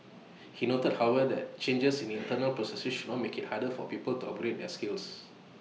he noted however changes in internal processes should not make IT harder for people to upgrade their skills